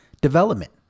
development